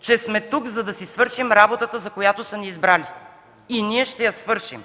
че сме тук, за да си свършим работата, за която са ни избрали. И ние ще я свършим!